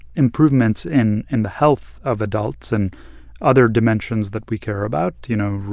improvements in and the health of adults and other dimensions that we care about you know,